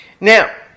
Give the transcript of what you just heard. Now